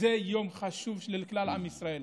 זה יום חשוב לכלל עם ישראל,